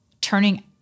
turning